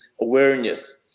awareness